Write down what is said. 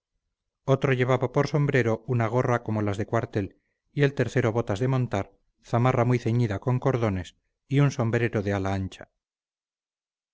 otro llevaba por sombrero una gorra como las de cuartel y el tercero botas de montar zamarra muy ceñida con cordones y un sombrero de ala ancha